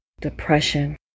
depression